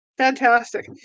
Fantastic